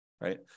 right